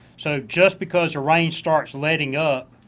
so just because the rain starts letting up,